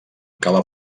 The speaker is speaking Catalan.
cala